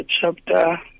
chapter